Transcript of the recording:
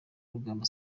rugamba